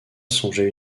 songeait